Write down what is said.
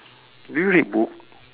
do you read book